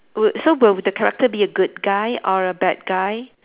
would so will the character be a good guy or a bad guy